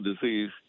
disease